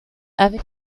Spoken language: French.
avait